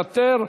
מוותר,